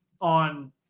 on